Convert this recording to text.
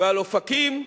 ועל אופקים,